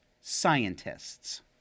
scientists